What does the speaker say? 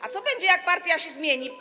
A co będzie, jak partia się zmieni?